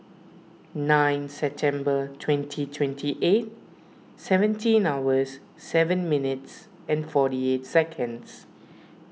nine September twenty twenty eight seventeen hours seven minutes and forty eight seconds